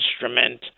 instrument